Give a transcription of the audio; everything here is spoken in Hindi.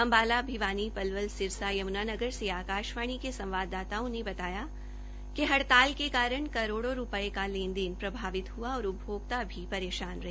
अम्बाला भिवानीपलवल सिरसा यम्नानगर से आकाशवाणी के संवाददाताओं ने बताया कि हड़ताल के कारण करोड़ों रूपये का लेन देन प्रभावित हआ और उपभोक्ता भी परेशान रहे